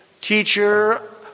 teacher